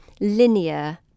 linear